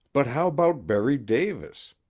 but how about berry davis?